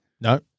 No